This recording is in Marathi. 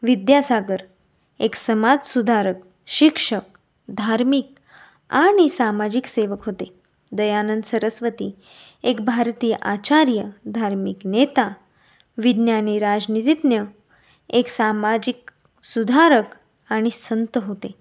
विद्यासागर एक समाज सुधारक शिक्षक धार्मिक आणि सामाजिक सेवक होते दयाानंद सरस्वती एक भारतीय आचार्य धार्मिक नेता विज्ञानी राजनितिज्ञ एक सामाजिक सुधारक आणि संत होते